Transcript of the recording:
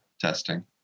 testing